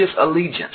allegiance